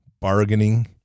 bargaining